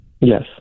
Yes